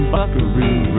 Buckaroo